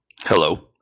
Hello